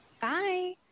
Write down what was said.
bye